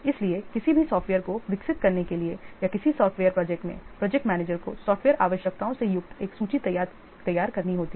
इसलिए किसी भी सॉफ्टवेयर को विकसित करने के लिए या किसी सॉफ्टवेयर प्रोजेक्ट में प्रोजेक्ट मैनेजर को सॉफ्टवेयर आवश्यकताओं से युक्त एक सूची तैयार करनी होती है